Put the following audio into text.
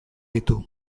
ditu